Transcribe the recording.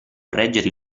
reggere